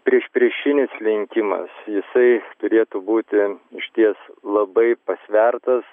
priešpriešinis lenkimas jisai turėtų būti išties labai pasvertas